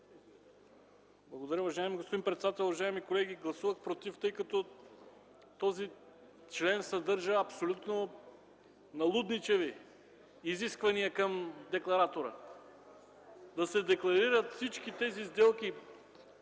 Благодаря, уважаеми господин председател. Уважаеми колеги, гласувах „против”, той като този член съдържа абсолютно налудничави изисквания към декларатора – да се декларират всички тези сделки,